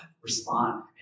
respond